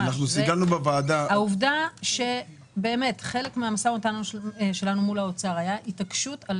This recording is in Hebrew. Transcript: חלק מהמו"מ שלנו מול האוצר היה התעקשות על